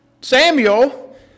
Samuel